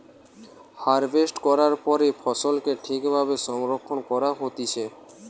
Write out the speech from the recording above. harvest করার পরে ফসলকে ঠিক ভাবে সংরক্ষণ করা হতিছে